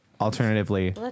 Alternatively